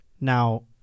Now